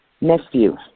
nephew